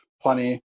plenty